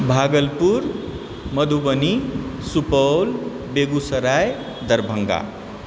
Bhagalpur Madhubani Supaul Begusarai Darbhanga